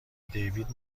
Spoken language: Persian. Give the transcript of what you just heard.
دیوید